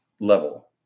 level